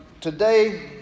Today